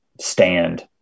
stand